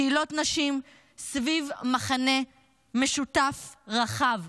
קהילות נשים סביב מכנה משותף רחב,